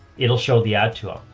it'll show the ad to ah